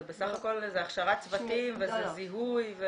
זה הכשרת צוותים וזיהוי.